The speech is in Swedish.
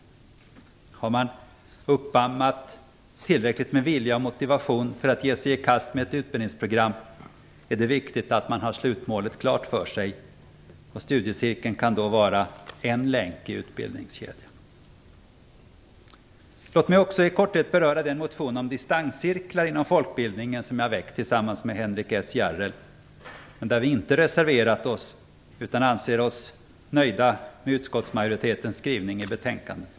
Har man uppammat tillräckligt med vilja och motivation för att ge sig i kast med ett utbildningsprogram är det viktigt att man har slutmålet klart för sig. Studiecirkeln kan då vara en länk i utbildningskedjan. Låt mig också i korthet beröra den motion om distanscirklar inom folkbildnigen som jag väckt tillsammans med Henrik S Järrel men där vi inte reserverat oss utan anser oss nöjda med utskottsmajoritetens skrivning i betänkandet.